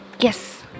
Yes